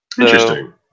Interesting